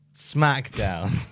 SmackDown